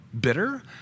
bitter